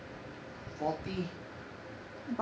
forty